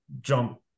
jump